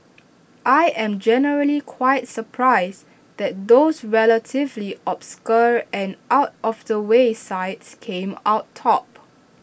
I am generally quite surprised that those relatively obscure and out of the way sites came out top